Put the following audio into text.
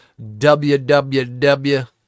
www